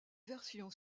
version